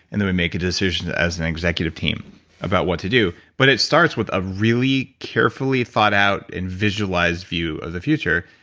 and then we make a decision as an executive team about what to do. but it starts with a really carefully thought out and visualized view of the future.